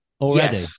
already